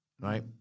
Right